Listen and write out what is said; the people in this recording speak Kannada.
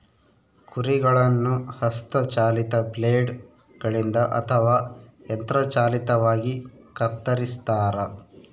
ಕುರಿಗಳನ್ನು ಹಸ್ತ ಚಾಲಿತ ಬ್ಲೇಡ್ ಗಳಿಂದ ಅಥವಾ ಯಂತ್ರ ಚಾಲಿತವಾಗಿ ಕತ್ತರಿಸ್ತಾರ